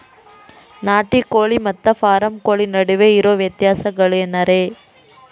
ನಾಟಿ ಕೋಳಿ ಮತ್ತ ಫಾರಂ ಕೋಳಿ ನಡುವೆ ಇರೋ ವ್ಯತ್ಯಾಸಗಳೇನರೇ?